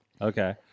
Okay